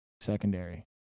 Secondary